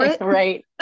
Right